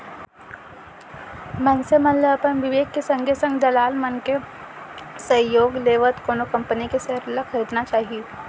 मनसे मन ल अपन बिबेक के संगे संग दलाल मन के सहयोग लेवत कोनो कंपनी के सेयर ल खरीदना चाही